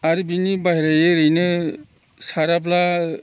आरो बिनि बाहेरा ओरैनो साराब्ला